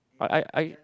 but I I